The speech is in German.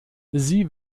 sie